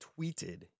tweeted